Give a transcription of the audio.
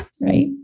right